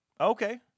okay